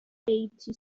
eighty